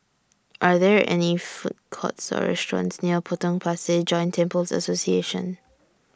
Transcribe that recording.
Are There any Food Courts Or restaurants near Potong Pasir Joint Temples Association